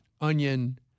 onion